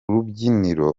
rubyiniro